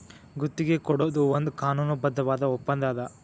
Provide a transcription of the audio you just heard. ಗುತ್ತಿಗಿ ಕೊಡೊದು ಒಂದ್ ಕಾನೂನುಬದ್ಧವಾದ ಒಪ್ಪಂದಾ ಅದ